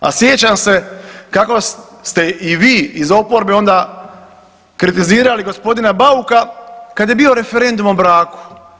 A sjećam se kako ste i vi iz oporbe onda kritizirali g. Bauka kad je bio referendum o braku.